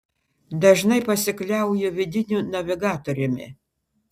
dažnai pasikliauju vidiniu navigatoriumi